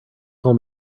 call